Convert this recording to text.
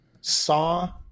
saw